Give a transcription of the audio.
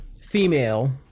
female